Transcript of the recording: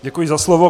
Děkuji za slovo.